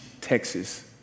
Texas